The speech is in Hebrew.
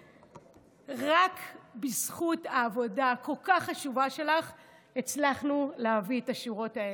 רק בזכות העבודה הכל-כך חשובה שלך הצלחנו להביא את השורות האלה,